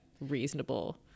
reasonable